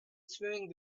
swimming